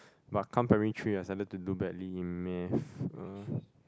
but come primary three I started to do badly in math uh